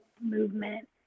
movement